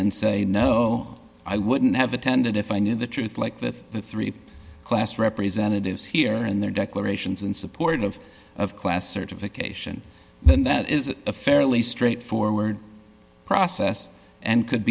and say no i wouldn't have attended if i knew the truth like that the three class representatives here and their declarations and supportive of class certification then that is a fairly straightforward process and could